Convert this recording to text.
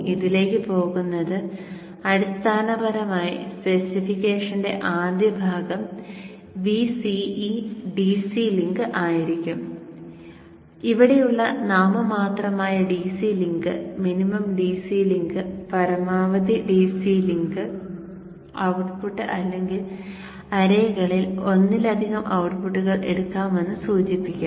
ഇതിലേക്ക് പോകുന്നത് അടിസ്ഥാനപരമായി സ്പെസിഫിക്കേഷന്റെ ആദ്യ ഭാഗം Vce DC ലിങ്ക് ആയിരിക്കും ഇവിടെയുള്ള നാമമാത്രമായ DC link minimum DC link പരമാവധി DC ലിങ്ക് ഔട്ട്പുട്ട് അല്ലെങ്കിൽ അറേകളിൽ ഒന്നിലധികം ഔട്ട്പുട്ടുകൾ എടുക്കാമെന്ന് സൂചിപ്പിക്കാം